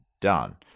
done